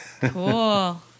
Cool